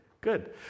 good